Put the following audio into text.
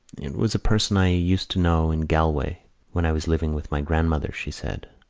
it was a person i used to know in galway when i was living with my grandmother, she said.